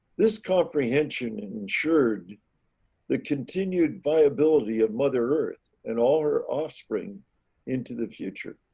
this comprehension ensured the continued viability of mother earth and all her offspring into the future.